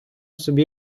собі